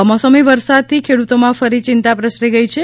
કમોસમી વરસાદથી ખેડૂતોમાં ફરી ચિંતા પ્રસરી ગઇ છે